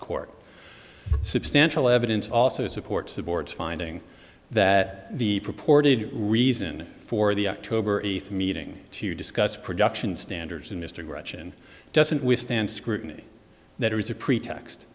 court substantial evidence also supports the board's finding that the purported reason for the october eighth meeting to discuss production standards and mr gretchen doesn't withstand scrutiny that it was a pretext